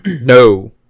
no